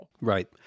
Right